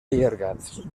allargats